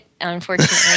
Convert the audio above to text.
unfortunately